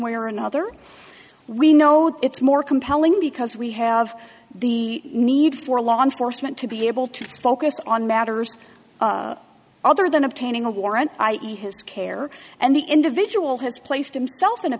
way or another we know it's more compelling because we have the need for law enforcement to be able to focus on matters other than obtaining a warrant i e his care and the individual has placed himself in a